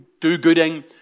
do-gooding